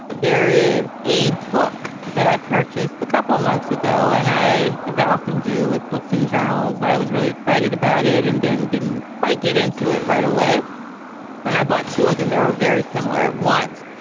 there is a book that i purchased a couple months ago and i as i often do with books and journals, i was really excited about it and then didn't quite get into it right away when i bought two of them. there are very similar ones.